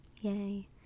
Yay